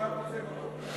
הוא היה מוצא מקום אחר.